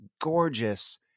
gorgeous